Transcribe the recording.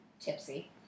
tipsy